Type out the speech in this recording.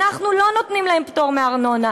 אנחנו לא נותנים להם פטור מארנונה,